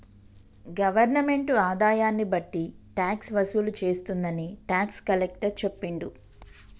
government ఆదాయాన్ని బట్టి tax వసూలు చేస్తుందని టాక్స్ కలెక్టర్ చెప్పిండు